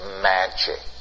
magic